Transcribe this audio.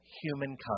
humankind